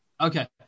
Okay